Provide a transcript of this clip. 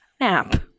Nap